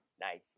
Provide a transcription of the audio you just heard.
Nice